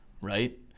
right